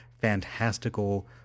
fantastical